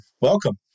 welcome